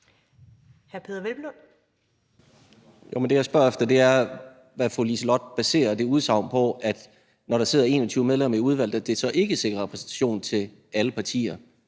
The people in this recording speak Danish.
Peder Hvelplund (EL): Jamen det, jeg spørger efter, er, hvad fru Liselott Blixt baserer det udsagn på, at når der sidder 21 medlemmer i udvalget, så sikrer det ikke repræsentation af alle partier